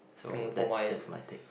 so that's that's my take